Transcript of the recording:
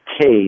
case